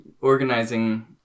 organizing